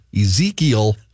Ezekiel